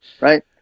right